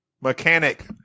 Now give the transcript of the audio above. Mechanic